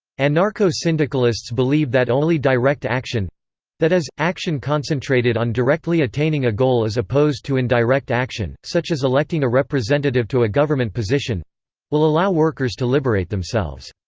anarcho-syndicalists believe that only direct action that is, action concentrated on directly attaining a goal as opposed to indirect action, such as electing a representative to a government position will allow workers to liberate themselves.